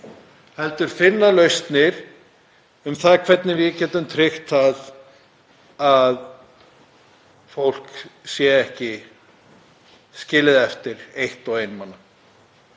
heldur finna lausnir á því hvernig við getum tryggt að fólk sé ekki skilið eftir eitt og einmana.